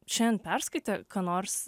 šiandien perskaitė ką nors